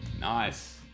Nice